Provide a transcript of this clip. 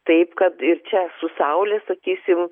taip kad ir čia su saule sakysim